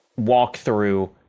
walkthrough